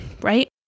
right